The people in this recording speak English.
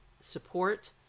support